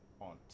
On